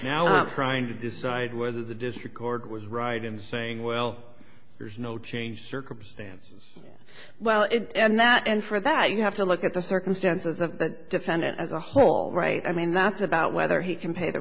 i'm trying to decide whether the district court was right in saying well there's no change circumstances well it and that and for that you have to look at the circumstances of the defendant as a whole right i mean that's about whether he can pay the